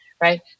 right